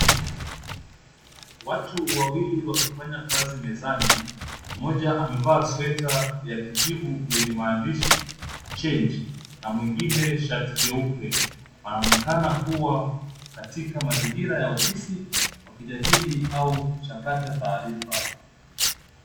Watu wawili wakifanya kazi mezani, mmoja amevaa sweta ya kijivu yenye maandishi change na mwingine shati jeupe. Wanaonekana kuwa katika mazingira ya ofisi wakijadili au kusakata taarifa.